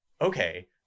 Okay